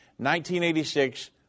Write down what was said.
1986